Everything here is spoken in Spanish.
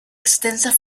extensa